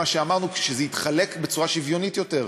אמרנו שזה יתחלק בצורה שוויונית יותר,